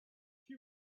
she